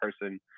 person